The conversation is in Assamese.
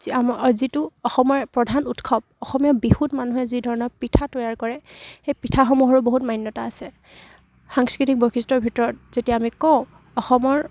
আমাৰ যিটো অসমৰ প্ৰধান উৎসৱ অসমীয়া বিহুত মানুহে যি ধৰণৰ পিঠা তৈয়াৰ কৰে সেই পিঠাসমূহৰো বহুত মান্যতা আছে সাংস্কৃতিক বৈশিষ্ট্যৰ ভিতৰত যেতিয়া আমি কওঁ অসমৰ